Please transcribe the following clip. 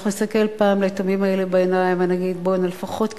אנחנו נסתכל פעם ליתומים האלה בעיניים ונגיד: לפחות קצת,